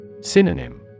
Synonym